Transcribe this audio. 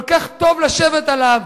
כל כך טוב לשבת עליו,